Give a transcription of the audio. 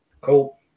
cool